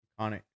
iconic